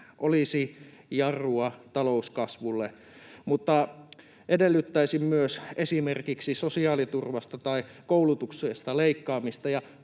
olisi jarrua talouskasvulle, mutta se edellyttäisi myös esimerkiksi sosiaaliturvasta tai koulutuksesta leikkaamista.